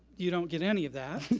you don't get any of that.